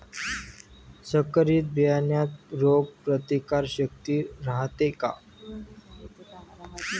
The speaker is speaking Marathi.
संकरित बियान्यात रोग प्रतिकारशक्ती रायते का?